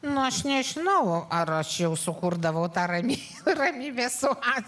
nu aš nežinau ar aš jau sukurdavau tą ramy ramybės oazę